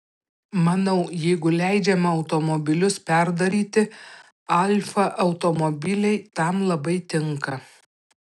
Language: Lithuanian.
manau jeigu leidžiama automobilius perdaryti alfa automobiliai tam labai tinka